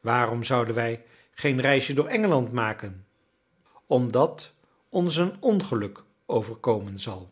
waarom zouden wij geen reisje door engeland maken omdat ons een ongeluk overkomen zal